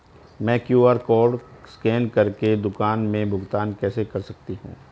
मैं QR code scan कर के दुकान में भुगतान कैसे कर सकती हूँ?